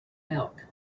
milk